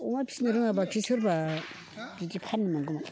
अमा फिसिनो रोङाबाखि सोरबा बिदि फाननो मोनगौमोन